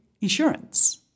insurance